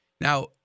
Now